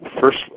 first